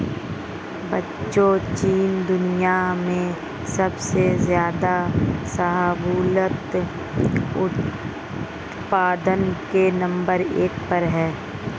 बच्चों चीन दुनिया में सबसे ज्यादा शाहबूलत उत्पादन में नंबर एक पर है